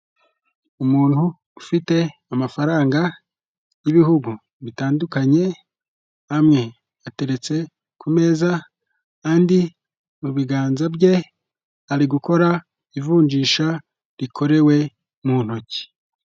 Umuntu ufite amafaranga y'ibihugu bitandukanye, amwe ateretse ku meza andi mu biganza bye, ari gukora ivunjisha rikorewe mu ntoki.